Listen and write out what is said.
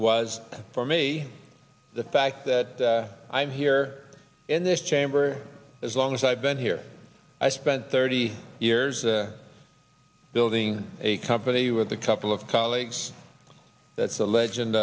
was for me the fact that i'm here in this chamber as long as i've been here i spent thirty years building a company with a couple of colleagues that's a legend